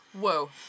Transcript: Whoa